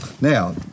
Now